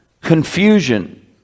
confusion